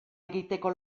egiteko